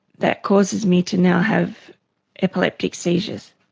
that causes me to now have epileptic seizures.